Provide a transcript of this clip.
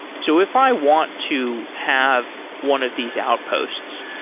so if i want to have one of these outposts,